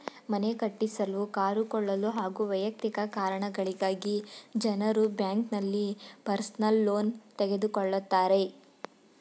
ಮನೆ ಕಟ್ಟಿಸಲು ಕಾರು ಕೊಳ್ಳಲು ಹಾಗೂ ವೈಯಕ್ತಿಕ ಕಾರಣಗಳಿಗಾಗಿ ಜನರು ಬ್ಯಾಂಕ್ನಲ್ಲಿ ಪರ್ಸನಲ್ ಲೋನ್ ತೆಗೆದುಕೊಳ್ಳುತ್ತಾರೆ